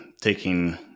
taking